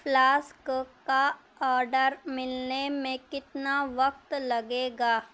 flask کا order ملنے میں کتنا وقت لگے گا